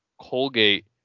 Colgate –